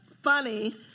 funny